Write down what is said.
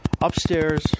upstairs